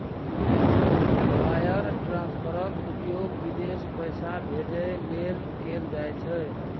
wire ट्रांसफरक उपयोग विदेश पैसा भेजै लेल कैल जाइ छै